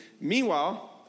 Meanwhile